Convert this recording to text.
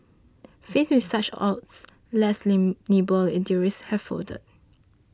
faced with such odds less nimble eateries have folded